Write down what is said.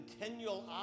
continual